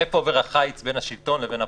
איפה עובר החיץ בין השלטון לבין הפרט.